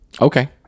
Okay